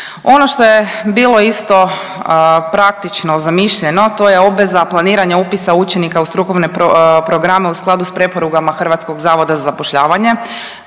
Ono što je bilo isto praktično zamišljeno to je obveza planiranja upisa učenika u strukovne programe u skladu s preporukama Hrvatskog zavoda za zapošljavanje,